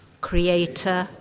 creator